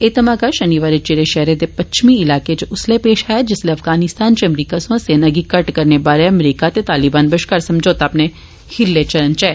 एह् धमाका शनिवारें चिरें शैहरें दे पच्छमी इलाकें इच उसले पेश आया जिसलै अफगानिस्तान इच अमरीकी सेना गी घट्ट करनेबारै अमरीका ते तालीबान बश्कार समौता अपने खीरले चरण इच ऐ